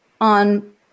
on